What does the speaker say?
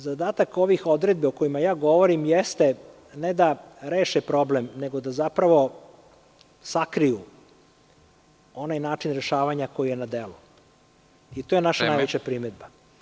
Zadatak ovih odredbi o kojima ja govorim jeste ne da reše problem, nego da zapravo sakriju onaj način rešavanja koji je na delu i to je naša primedba.